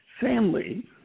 family